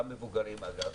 גם מבוגרים אגב,